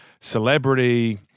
celebrity